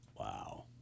Wow